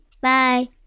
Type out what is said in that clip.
Bye